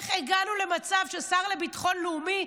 איך הגענו למצב ששר לביטחון לאומי,